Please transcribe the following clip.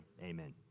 amen